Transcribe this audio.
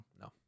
no